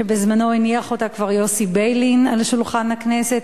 שבזמנו הניח כבר יוסי ביילין על שולחן הכנסת,